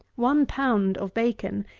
one pound of bacon,